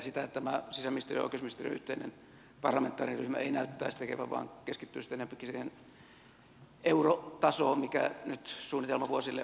sitä tämä sisäministeriön ja oikeusministeriön yhteinen parlamentaarinen ryhmä ei näyttäisi tekevän vaan keskittyy sitten enempikin siihen eurotasoon mikä nyt suunnitelmavuosille on tulossa